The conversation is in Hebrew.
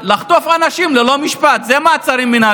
למה אתם נגד פתיחת תחנות משטרה במגזר